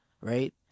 right